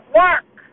work